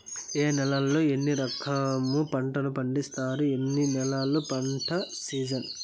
ఏ నేలల్లో ఏ రకము పంటలు పండిస్తారు, ఎన్ని నెలలు పంట సిజన్?